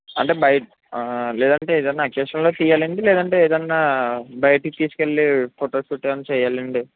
అంటే బై లేదంటే ఏదన్నా అకేషన్లో తియ్యాలాఅండి లేదంటే ఏదన్నా బైటకి తీసుకెళ్ళి ఫోటోషూట్ ఏమన్నా చెయ్యాలా అండి